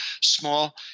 small